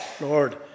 Lord